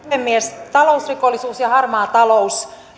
puhemies talousrikollisuus ja harmaa talous